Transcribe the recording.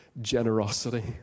generosity